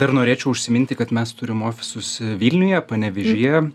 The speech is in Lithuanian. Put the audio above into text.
dar norėčiau užsiminti kad mes turim ofisus vilniuje panevėžyje